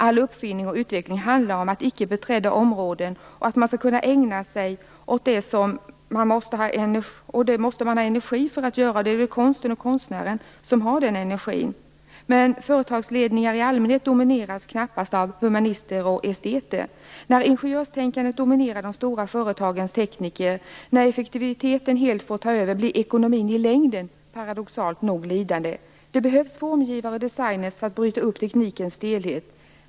All uppfinning och utveckling handlar om ickebeträdda områden och att man skall kunna ägna sig åt dessa. Det måste man ha energi för att göra, och det är inom konsten och hos konstnären som denna energi finns. Men företagsledningar i allmänhet domineras knappast av humanister och esteter. När ingenjörstänkandet dominerar de stora företagens tekniker och när effektiviteten helt får ta över blir ekonomin i längden paradoxalt nog lidande. Det behövs formgivare och designer för att bryta upp teknikens stelhet.